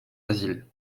asile